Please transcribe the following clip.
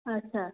ଆଚ୍ଛା